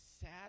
sad